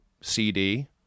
CD